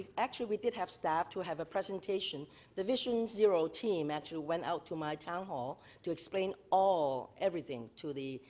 actually we did have staff to have a presentation emission zero team actually went out to my town hall to explain all, everything to the